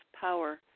power